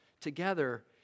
together